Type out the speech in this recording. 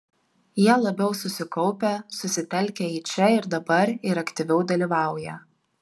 jie labiau susikaupę susitelkę į čia ir dabar ir aktyviau dalyvauja